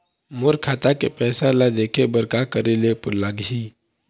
मोर खाता के पैसा ला देखे बर का करे ले लागही?